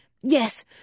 Yes